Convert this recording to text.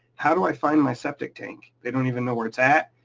how do i find my septic tank? they don't even know where it's at.